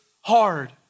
hard